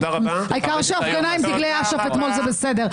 העיקר שההפגנה עם דגלי אש"ף אתמול זה בסדר.